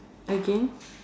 again